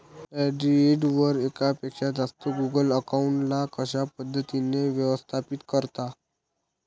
Android वर एकापेक्षा जास्त गुगल अकाउंट ला कशा पद्धतीने व्यवस्थापित करता?